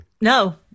No